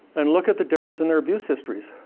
and look at the difference in their abuse histories.